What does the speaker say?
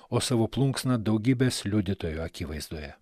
o savo plunksna daugybės liudytojų akivaizdoje